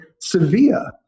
Sevilla